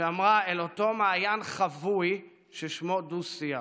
אל אותו "מעיין חבוי ששמו דו-שיח".